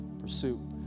pursuit